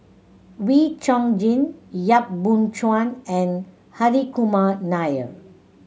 Wee Chong Jin Yap Boon Chuan and Hri Kumar Nair